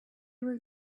were